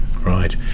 Right